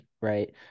right